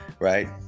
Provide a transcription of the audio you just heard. right